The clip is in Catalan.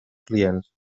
clients